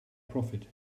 profit